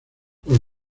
los